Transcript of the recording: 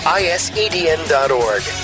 isedn.org